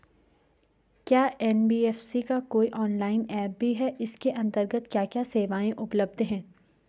क्या एन.बी.एफ.सी का कोई ऑनलाइन ऐप भी है इसके अन्तर्गत क्या क्या सेवाएँ उपलब्ध हैं?